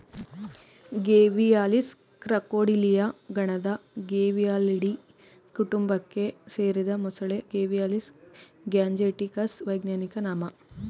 Gavialis ಕ್ರಾಕೊಡಿಲಿಯ ಗಣದ Gavialidae ಕುಟುಂಬಕ್ಕೆ ಸೇರಿದ ಮೊಸಳೆ ಗೇವಿಯಾಲಿಸ್ ಗ್ಯಾಂಜೆಟಿಕಸ್ ವೈಜ್ಞಾನಿಕ ನಾಮ